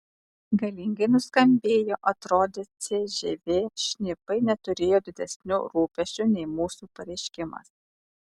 galingai nuskambėjo atrodė cžv šnipai neturėjo didesnių rūpesčių nei mūsų pareiškimas